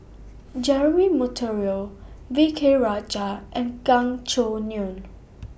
Jeremy Monteiro V K Rajah and Gan Choo Neo